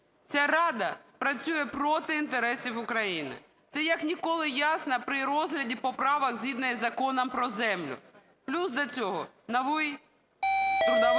"Ця Рада працює проти інтересів України. Це як ніколи ясно при розгляді поправок згідно із Законом про землю. Плюс до цього новий Трудовий кодекс,